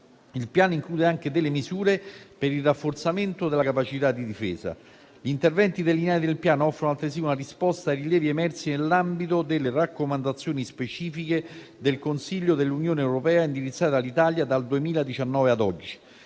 Il Piano include anche delle misure per il rafforzamento della capacità di difesa. Gli interventi delineati nel Piano offrono altresì una risposta ai rilievi emersi nell'ambito delle raccomandazioni specifiche del Consiglio dell'Unione europea indirizzate all'Italia dal 2019 ad oggi.